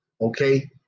okay